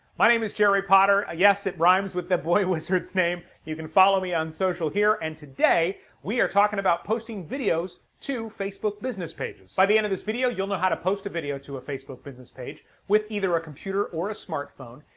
my name is jerry potter, yes it rhymes with the boy wizard's name. you can follow me on social here, and today we are talking about posting videos to facebook business pages. by the end of this video you'll know how to post a video to a facebook business page with either a computer or a smartphone,